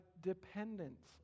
dependence